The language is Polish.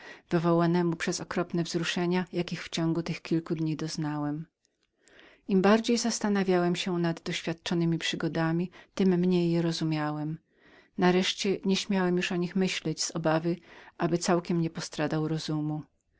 spowodowanemu przez okropne wzruszenia jakich w ciągu tych kilku dni doznałem im bardziej zastanawiałem się nad doświadczonemi przygodami tem mniej je rozumiałem nareszcie nieśmiałem już o nich myśleć z obawy abym całkiem nie postradał rozumu